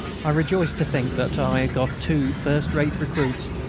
i rejoiced to think that i had got two first-rate recruits,